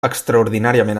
extraordinàriament